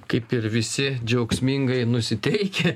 kaip ir visi džiaugsmingai nusiteikę